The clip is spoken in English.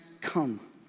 come